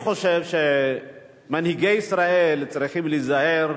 אני חושב שמנהיגי ישראל צריכים להיזהר